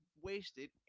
wasted